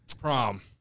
prom